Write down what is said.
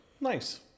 Nice